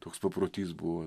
toks paprotys buvo